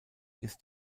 ist